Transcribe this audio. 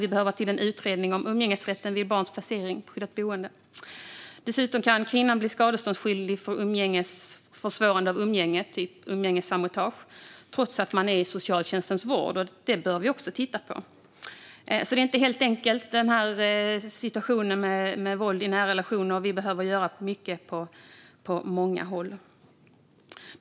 Vi behöver få till en utredning om umgängesrätten vid barns placering i skyddat boende. Dessutom kan kvinnan bli skadeståndsskyldig för försvårande av umgänge, eller umgängessabotage, trots att hon är i socialtjänstens vård. Det behöver vi också titta på. Situationen med våld i nära relationer är inte helt enkel. Vi behöver göra mycket på många håll.